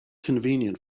convenient